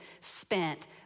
spent